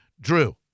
Drew